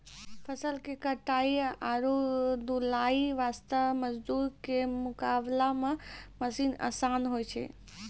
फसल के कटाई आरो ढुलाई वास्त मजदूर के मुकाबला मॅ मशीन आसान होय छै